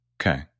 Okay